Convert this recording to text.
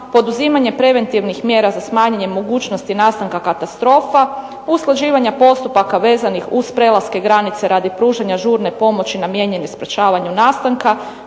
poduzimanje preventivnih mjera za smanjene mogućnosti nastanka katastrofa, usklađivanja postupaka vezanih uz prelaske granice radi pružanja žurne pomoći namijenjenih sprječavanju nastanka,